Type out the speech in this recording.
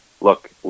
look